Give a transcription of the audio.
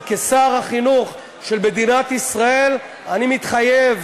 וכשר החינוך של מדינת ישראל אני מתחייב